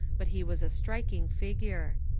but he was a striking figure.